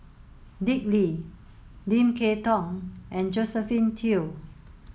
Dick Lee Lim Kay Tong and Josephine Teo